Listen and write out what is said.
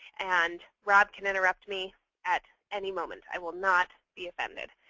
and rob can interrupt me at any moment. i will not be offended.